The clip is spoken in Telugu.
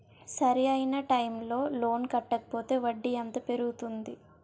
సరి అయినా టైం కి లోన్ కట్టకపోతే వడ్డీ ఎంత పెరుగుతుంది?